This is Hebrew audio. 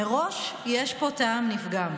מראש יש פה טעם לפגם.